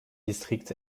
district